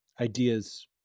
ideas